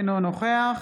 אינו נוכח